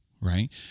Right